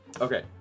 Okay